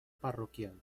parroquial